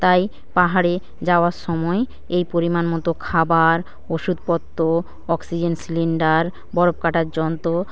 তাই পাহাড়ে যাওয়ার সময়ে এই পরিমাণমতো খাবার ওষুধপত্র অক্সিজেন সিলিন্ডার বরফ কাটার যন্ত্র